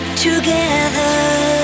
together